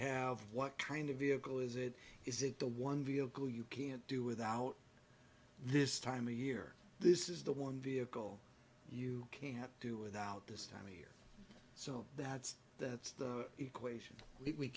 have what kind of vehicle is it is it the one vehicle you can't do without this time of year this is the one vehicle you can't do without this time so that's that's the equation we